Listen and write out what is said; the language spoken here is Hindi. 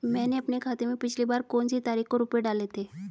मैंने अपने खाते में पिछली बार कौनसी तारीख को रुपये डाले थे?